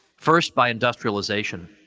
first, by industrialization,